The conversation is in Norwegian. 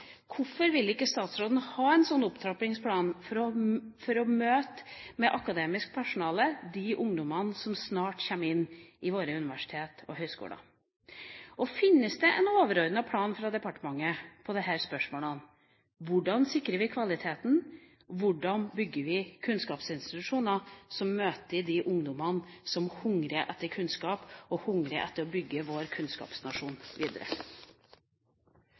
Hvorfor vil ikke statsråden ha en sånn opptrappingsplan for å møte med akademisk personale de ungdommene som snart kommer inn i våre universiteter og høyskoler? Finnes det en overordnet plan fra departementet i disse spørsmålene? Hvordan sikrer vi kvaliteten, hvordan bygger vi kunnskapsinstitusjoner som møter de ungdommene som hungrer etter kunnskap, og hungrer etter å bygge vår kunnskapsnasjon videre?